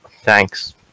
thanks